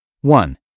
One